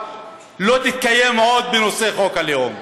לא תתקיים עוד בנושא חוק הלאום,